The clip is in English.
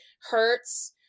hurts